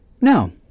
no